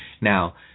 Now